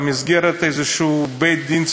במסגרת איזשהו בית-דין צבאי.